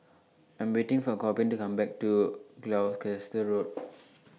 I Am waiting For Corbin to Come Back from Gloucester Road